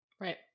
Right